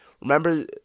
Remember